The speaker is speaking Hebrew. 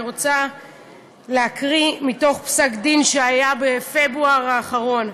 אני רוצה להקריא מתוך פסק-דין שהיה בפברואר האחרון.